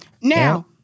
Now